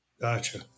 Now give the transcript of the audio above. Gotcha